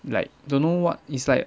like don't know what it's like